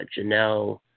Janelle